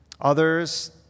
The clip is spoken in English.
Others